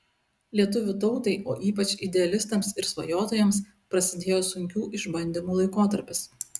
lietuvių tautai o ypač idealistams ir svajotojams prasidėjo sunkių išbandymų laikotarpis